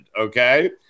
okay